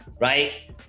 right